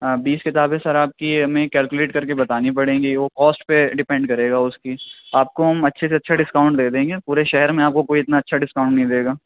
ہاں بیس کتابیں سر آپ کی ہمیں کیلکلیٹ کر کے بتانی پڑیں گی وہ کاسٹ پہ ڈپینڈ کرے گا اُس کی آپ کو ہم اچھے سے اچھا ڈسکاؤنٹ دے دیں گے پورے شہر میں آپ کو کوئی اتنا اچھا ڈسکاؤنٹ نہیں دے گا